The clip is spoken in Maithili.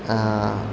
आओर